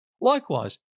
Likewise